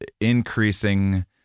increasing